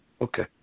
Okay